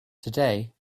today